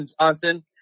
Johnson